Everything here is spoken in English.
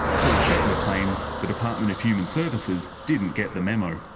paul shetler claims the department of human services didn't get the memo.